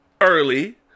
Early